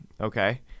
Okay